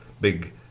big